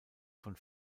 von